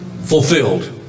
fulfilled